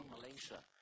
Malaysia